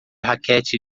raquete